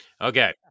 Okay